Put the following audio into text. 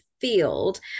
field